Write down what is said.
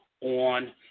on